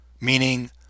meaning